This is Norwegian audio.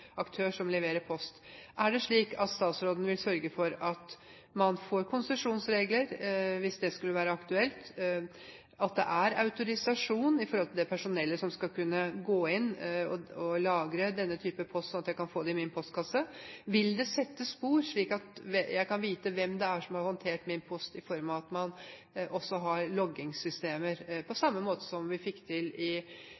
aktør som leverer post. Er det slik at statsråden vil sørge for at man får konsesjonsregler hvis det skulle være aktuelt, og at det er autorisasjon for det personellet som skal kunne gå inn og lagre denne typen post, slik at jeg kan få det i min postkasse? Vil det sette spor, slik at jeg kan vite hvem det er som har håndtert min post, i form av at man også har loggingssystemer, på